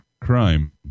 crime